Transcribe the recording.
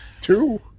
Two